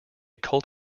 cult